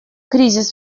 кризис